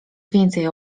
więcej